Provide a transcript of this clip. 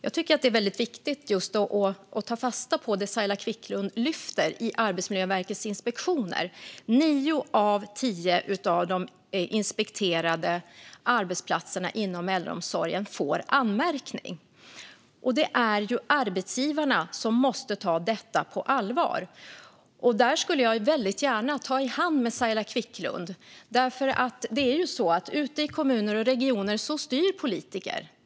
Jag tycker att det är viktigt att ta fasta på det som Saila Quicklund lyfter upp när det gäller Arbetsmiljöverkets inspektioner. Nio av tio inspekterade arbetsplatser inom äldreomsorgen får anmärkning. Det är arbetsgivarna som måste ta detta på allvar. Där skulle jag gärna ta i hand med Saila Quicklund, för ute i kommuner och regioner är det politiker som styr.